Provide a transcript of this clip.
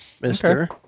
mister